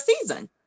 season